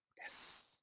Yes